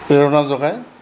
প্ৰেৰণা জগাই